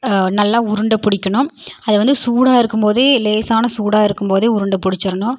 நல்லா உருண்டை பிடிக்கணும் அது வந்து சூடாக இருக்கும் போதே லேசான சூடாக இருக்கும் போதே உருண்டை பிடிச்சிர்ணும்